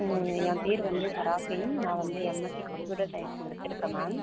ஏன் பேர் வந்து ஷராஃபின் நான் வந்து எம்எஸ்சி கம்ப்யூட்டர் சைன்ஸ் முடிச்சிருக்கேன் மேம்